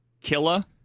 Killa